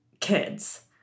kids